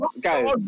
guys